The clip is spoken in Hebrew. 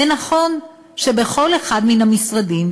ונכון שבכל אחד מן המשרדים,